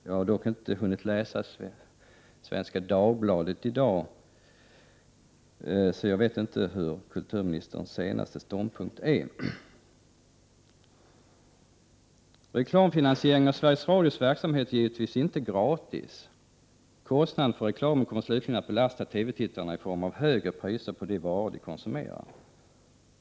Jag har dock inte som herr Hyttring hunnit läsa Svenska Dagbladet i dag, och jag vet därför inte vad kulturministerns senaste ståndpunkt är. Reklamfinansiering av Sveriges Radios verksamhet är givetvis inte gratis. Kostnaden för reklamen kommer slutligen att belasta TV-tittarna i form av högre priser på de varor de konsumerar.